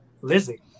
Lizzie